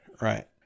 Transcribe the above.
Right